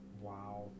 Wow